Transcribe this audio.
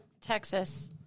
Texas